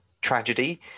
tragedy